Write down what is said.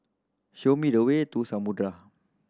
show me the way to Samudera